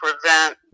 prevent